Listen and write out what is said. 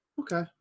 okay